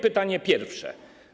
Pytanie pierwsze.